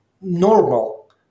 normal